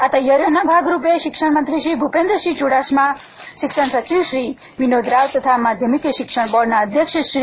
આ તૈયારીઓના ભાગરૂપે શિક્ષણંત્રી શ્રી ભૂપેન્દ્રસિંહ ચુડાસમા શિક્ષણ સચિવશ્રી વિનોદ રાવ તથા માધ્યમિક શિક્ષણ બોર્ડ ના અધ્યક્ષ શ્રી એ